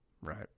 Right